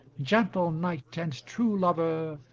gentle knight, and true lover,